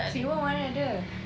singapore mana ada